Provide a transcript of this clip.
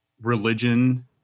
religion